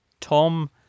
Tom